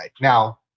Now